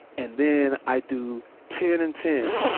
and then i do ten and ten,